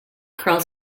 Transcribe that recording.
curls